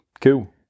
Cool